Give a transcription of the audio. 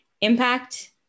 Impact